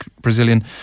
Brazilian